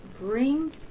bring